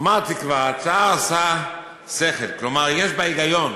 אמרתי כבר, ההצעה עושה שכל, כלומר יש בה היגיון,